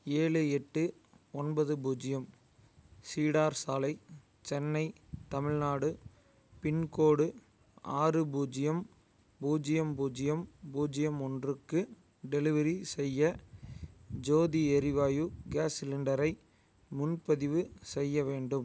ஏழு எட்டு ஒன்பது பூஜ்ஜியம் சீடார் சாலை சென்னை தமிழ்நாடு பின்கோடு ஆறு பூஜ்ஜியம் பூஜ்ஜியம் பூஜ்ஜியம் பூஜ்ஜியம் ஒன்றுக்கு டெலிவரி செய்ய ஜோதி எரிவாயு கேஸ் சிலிண்டரை முன்பதிவு செய்ய வேண்டும்